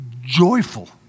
joyful